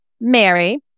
Mary